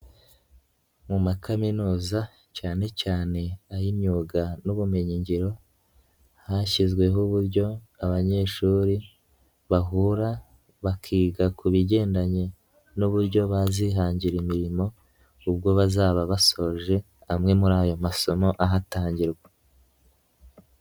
Mu ma kaminuza cyane cyane ay'imyuga n'ubumenyingiro hashyizweho uburyo abanyeshuri bahura bakiga ku bigendanye n'uburyo bazihangira imirimo ubwo bazaba basoje amwe muri ayo masomo ahatangirwa.